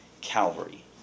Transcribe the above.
Calvary